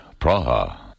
Praha